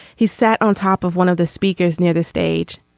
he sat on top of one of the speakers near the stage.